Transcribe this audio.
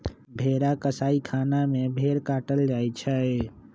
भेड़ा कसाइ खना में भेड़ काटल जाइ छइ